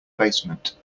basement